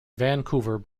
vancouver